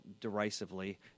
derisively